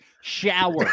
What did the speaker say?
shower